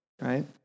right